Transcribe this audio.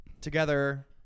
together